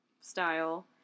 style